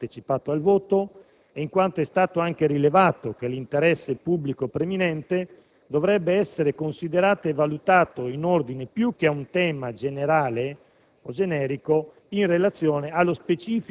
in quanto alcuni senatori della maggioranza non hanno partecipato al voto ed in quanto è stato anche rilevato che l'interesse pubblico preminente dovrebbe essere considerato e valutato in ordine, più che a un tema generale